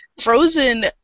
Frozen